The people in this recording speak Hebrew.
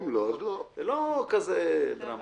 זה לא כזה דרמטי.